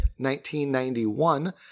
1991